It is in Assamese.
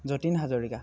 যতীন হাজৰিকা